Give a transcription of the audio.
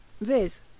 Viz